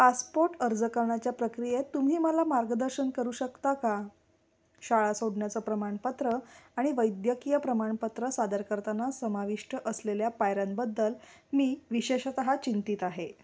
passport अर्ज करण्याच्या प्रक्रियेत तुम्ही मला मार्गदर्शन करू शकता का शाळा सोडण्याचं प्रमाणपत्र आणि वैद्यकीय प्रमाणपत्र सादर करताना समाविष्ट असलेल्या पायऱ्यांबद्दल मी विशेषतः चिंतित आहे